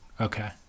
Okay